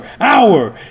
hour